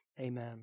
Amen